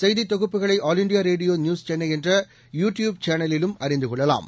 செய்தி தொகுப்புகளை All India Radio News Chennai என்ற யு டியூப் சேனலிலும் அறிந்து கொள்ளலாம்